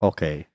Okay